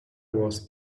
was